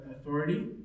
authority